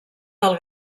del